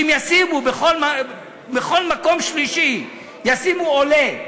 אם בכל מקום שלישי ישימו עולה,